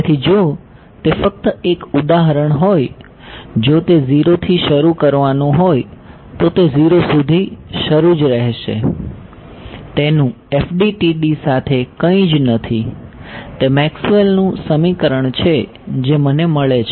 તેથી જો તે ફક્ત એક ઉદાહરણ હોય જો તે 0 થી શરૂ કરવાનું હોય તો તે 0 સુધી શરૂ જ રહેશે તેનું FDTD સાથે કઈંજ નથી તે મેક્સવેલનું સમીકરણ છે જે મને મળે છે